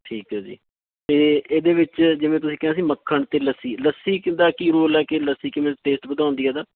ਠੀਕ ਹੈ ਜੀ ਅਤੇ ਇਹਦੇ ਵਿੱਚ ਜਿਵੇਂ ਤੁਸੀਂ ਕਿਹਾ ਸੀ ਮੱਖਣ ਅਤੇ ਲੱਸੀ ਲੱਸੀ ਕਿੱਦਾਂ ਕੀ ਰੋਲ ਹੈ ਕਿ ਲੱਸੀ ਕਿਵੇਂ ਟੇਸਟ ਵਧਾਉਂਦੀ ਹੈ ਇਹਦਾ